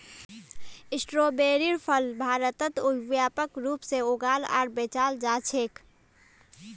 स्ट्रोबेरीर फल भारतत व्यापक रूप से उगाल आर बेचाल जा छेक